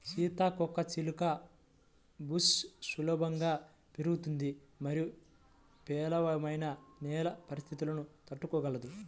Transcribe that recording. సీతాకోకచిలుక బుష్ సులభంగా పెరుగుతుంది మరియు పేలవమైన నేల పరిస్థితులను తట్టుకోగలదు